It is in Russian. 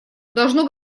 должно